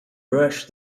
brushed